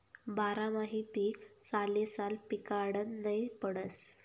बारमाही पीक सालेसाल पिकाडनं नै पडस